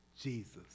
Jesus